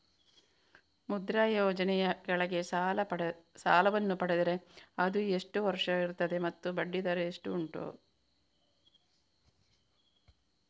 ಮುದ್ರಾ ಯೋಜನೆ ಯ ಕೆಳಗೆ ಸಾಲ ವನ್ನು ಪಡೆದರೆ ಅದು ಎಷ್ಟು ವರುಷ ಇರುತ್ತದೆ ಮತ್ತು ಬಡ್ಡಿ ದರ ಎಷ್ಟು ಉಂಟು?